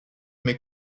mes